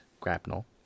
Grapnel